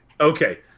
okay